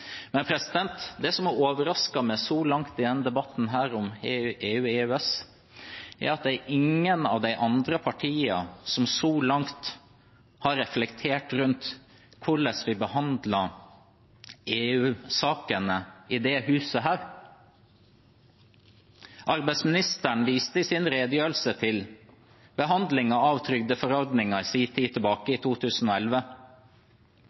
Det som har overrasket meg så langt i denne debatten om EU/EØS, er at ingen av de andre partiene så langt har reflektert rundt hvordan vi behandler EU-sakene i dette huset. Arbeids- og sosialministeren viste i sin redegjørelse til behandlingen av trygdeforordningen tilbake i